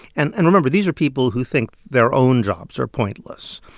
and and remember these are people who think their own jobs are pointless.